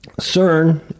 CERN